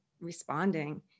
responding